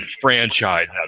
franchise